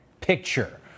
picture